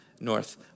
North